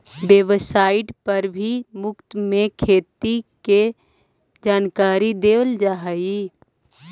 website पर भी मुफ्त में खेती के जानकारी देल जा हई